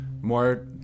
more